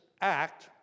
act